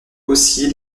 aussi